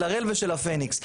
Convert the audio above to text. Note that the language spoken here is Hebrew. של הראל ושל הפניקס,